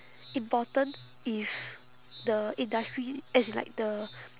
important if the industry as in like the